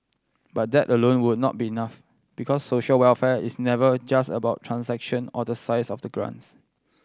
but that alone will not be enough because social welfare is never just about transaction or the size of the grants